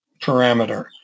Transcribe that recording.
parameter